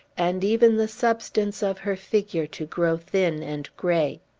and even the substance of her figure to grow thin and gray.